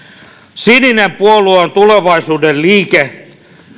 sininen puolue on tulevaisuuden liike